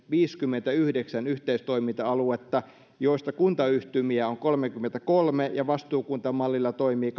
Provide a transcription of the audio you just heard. viisikymmentäyhdeksän yhteistoiminta aluetta joista kuntayhtymiä on kolmekymmentäkolme ja vastuukuntamallilla toimii